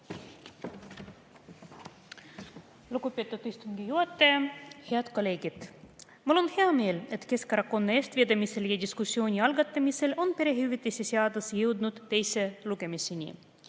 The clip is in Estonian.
Lugupeetud istungi juhataja! Head kolleegid! Mul on hea meel, et Keskerakonna eestvedamisel ja diskussiooni algatamisel on perehüvitiste seadus jõudnud teise lugemiseni.